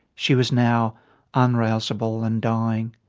she was now unrouseable and dying.